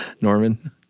Norman